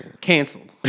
Canceled